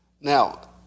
Now